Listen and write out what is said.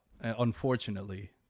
unfortunately